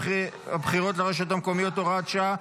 הבחירות לרשויות המקומיות (הוראת שעה),